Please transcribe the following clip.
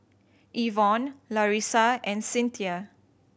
Evon Larissa and Cynthia